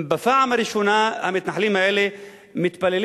בפעם הראשונה המתנחלים האלה מתפללים